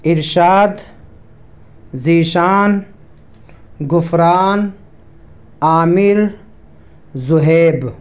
Irshad Zeeshan Ghufran Aamil Zohaib